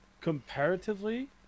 comparatively